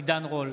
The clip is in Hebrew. עידן רול,